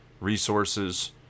Resources